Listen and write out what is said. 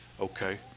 Okay